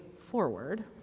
forward